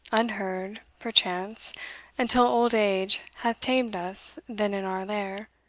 unheard, perchance, until old age hath tamed us then in our lair,